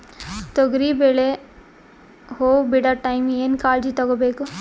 ತೊಗರಿಬೇಳೆ ಹೊವ ಬಿಡ ಟೈಮ್ ಏನ ಕಾಳಜಿ ತಗೋಬೇಕು?